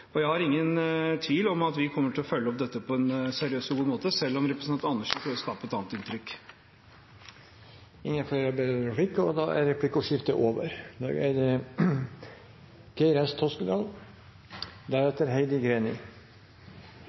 og jeg er ikke i tvil om at vi kommer til å følge opp dette på en seriøs og god måte, selv om representanten Andersen prøver å skape